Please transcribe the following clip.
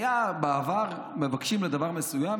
בעבר היו מבקשים לדבר מסוים,